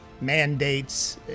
mandates